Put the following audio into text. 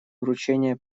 вручения